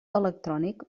electrònic